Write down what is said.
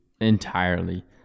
Entirely